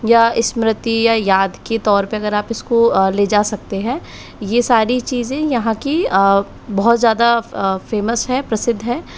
या स्मृति या याद के तौर पर अगर आप उसको ले जा सकते हैं ये सारी चीज़ें यहाँ की बहुत ज़्यादा फेमस है प्रसिद्ध हैं